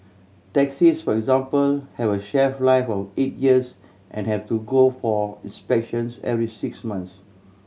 taxis for example have a shelf life of eight years and have to go for inspections every six months